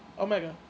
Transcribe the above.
Omega